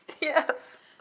Yes